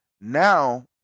Now